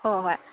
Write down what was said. ꯍꯣ ꯍꯣꯏ